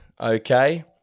okay